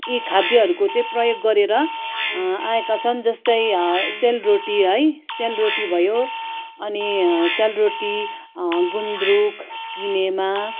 यी खाद्यहरूको चाहिँ प्रयोग गरेर आएका छन् जस्तै सेलरोटी है सेलरोटी भयो अनि सेलरोटी गुन्द्रुक किनेमा